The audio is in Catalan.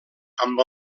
amb